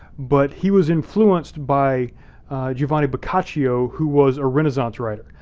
but he was influenced by giovanni boccaccio, who was a renaissance writer,